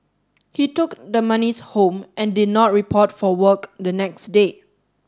he took the monies home and did not report for work the next day